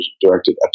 directed